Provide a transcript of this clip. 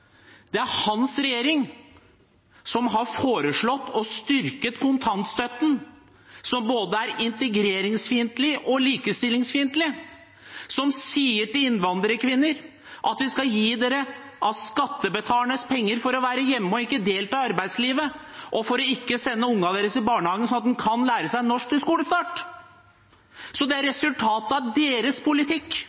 Det er hans regjering som har foreslått og styrket kontantstøtten – som både er integreringsfiendtlig og likestillingsfiendtlig – og som sier til innvandrerkvinner at man skal gi dem av skattebetalernes penger for å være hjemme og ikke delta i arbeidslivet, og for ikke å sende ungene i barnehagen slik at de kan lære seg norsk til skolestart. Så det er resultatet av deres politikk